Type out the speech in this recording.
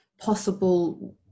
possible